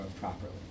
properly